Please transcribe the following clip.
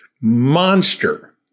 monster